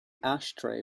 ashtray